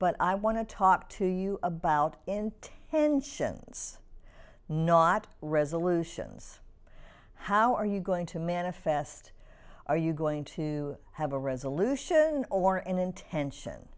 but i want to talk to you about intentions not resolutions how are you going to manifest are you going to have a resolution or an intention